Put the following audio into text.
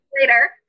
later